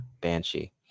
Banshee